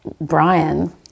Brian